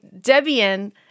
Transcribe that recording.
Debian